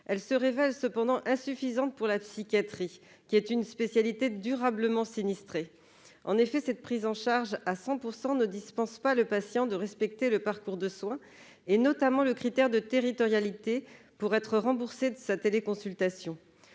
elle se révèle insuffisante pour la psychiatrie, spécialité durablement sinistrée. En effet, la prise en charge à 100 % ne dispense pas le patient de respecter le parcours de soins, notamment le critère de territorialité, pour être remboursé de sa téléconsultation.